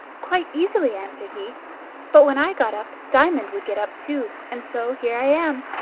quite easily, answered he but when i got up, diamond would get up too, and so here i am.